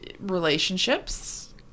relationships